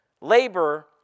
Labor